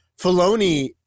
Filoni